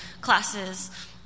classes